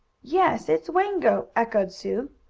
yes, it's wango! echoed sue.